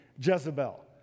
Jezebel